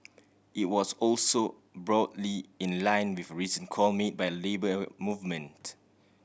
it was also broadly in line with a recent call made by Labour Movement